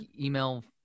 email